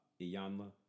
Iyanla